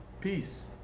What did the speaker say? Peace